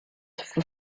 for